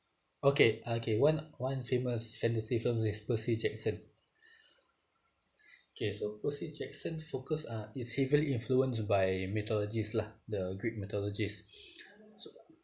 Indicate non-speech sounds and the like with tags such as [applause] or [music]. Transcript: okay okay one one famous fantasy film is percy jackson [breath] okay so percy jackson focus uh is heavily influenced by mythology lah the greek mythology